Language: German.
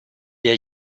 der